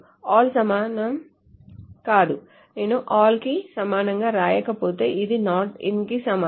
all సమానం కాదు నేను all కీ సమానంగా వ్రాయకపోతే అది not in కి సమానం